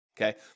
Okay